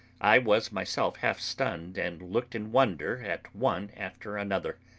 i was myself half stunned and looked in wonder at one after another.